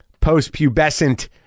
post-pubescent